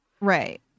Right